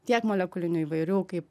tiek molekulinių įvairių kaip